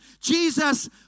Jesus